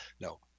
No